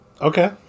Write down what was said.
okay